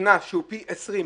קנס שהוא פי עשרים,